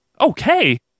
okay